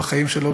בחיים שלו,